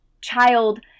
child